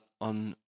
on